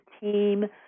team